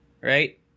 right